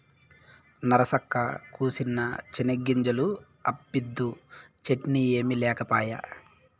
నరసక్కా, కూసిన్ని చెనిగ్గింజలు అప్పిద్దూ, చట్నీ ఏమి లేకపాయే